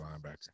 linebacker